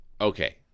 Okay